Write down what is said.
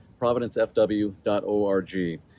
providencefw.org